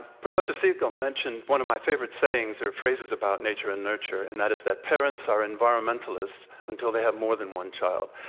professor segal mentioned one of my favorite sayings or phrases about nature and nurture, and that is that parents are environmentalists until they have more than one child.